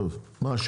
טוב, שמך?